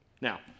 Now